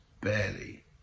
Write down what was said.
barely